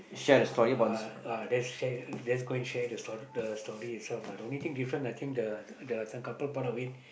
uh uh lets share lets go and share the store the story itself lah the only thing different I think the the this one couple part of it